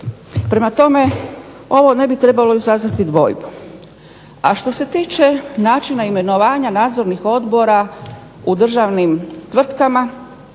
Prema tome, ovo ne bi trebalo izazvati dvojbu. A što se tiče načina imenovanja nadzornih odbora u državnim tvrtkama,